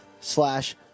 slash